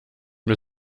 mir